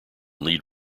lead